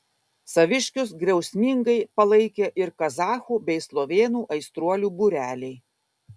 saviškius griausmingai palaikė ir kazachų bei slovėnų aistruolių būreliai